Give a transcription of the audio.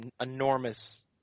enormous